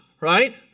Right